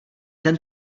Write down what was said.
ten